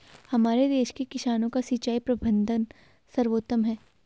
हमारे देश के किसानों का सिंचाई प्रबंधन सर्वोत्तम है